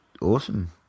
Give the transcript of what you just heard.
awesome